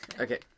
Okay